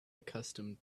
accustomed